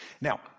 Now